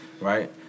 right